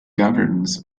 governs